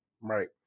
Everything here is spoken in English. Right